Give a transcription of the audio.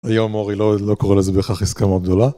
היום אורי לא קורא לזה בהכרח עסקה מאוד גדולה